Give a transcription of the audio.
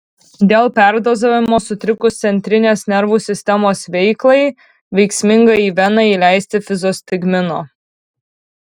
dėl perdozavimo sutrikus centrinės nervų sistemos veiklai veiksminga į veną įleisti fizostigmino